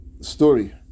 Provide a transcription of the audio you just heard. story